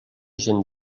gent